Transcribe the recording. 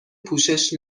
پوشش